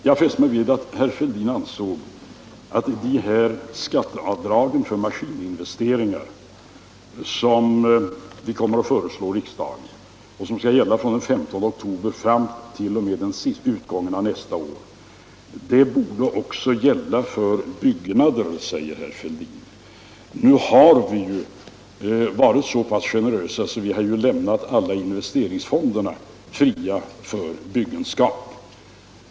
Jag fäste mig vid att herr Fälldin ansåg att skatteavdragen för maskininvesteringar, som vi kommer att föreslå riksdagen och som skall gälla från den 15 oktober fram t.o.m. utgången av nästa år, också borde gälla för byggnader. Nu har vi ju varit så generösa att vi har lämnat alla investeringsfonder fria för byggenskap.